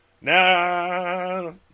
Now